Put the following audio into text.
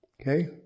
Okay